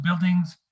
Buildings